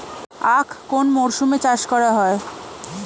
আখ কোন মরশুমে চাষ করা হয়?